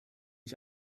ich